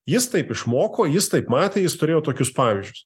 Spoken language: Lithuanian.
jis taip išmoko jis taip matė jis turėjo tokius pavyzdžius